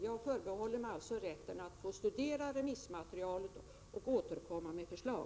Jag förbehåller mig alltså rätten att få studera remissmaterialet och återkomma med förslag.